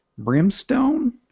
Brimstone